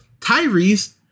Tyrese